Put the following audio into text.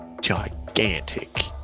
gigantic